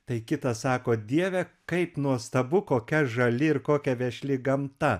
tai kitas sako dieve kaip nuostabu kokia žali ir kokia vešli gamta